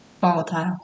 volatile